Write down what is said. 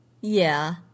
Yeah